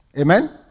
Amen